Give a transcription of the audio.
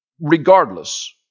regardless